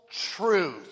truth